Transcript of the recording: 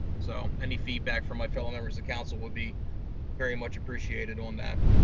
so any feedback from my fellow members of council would be very much appreciated on that.